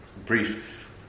brief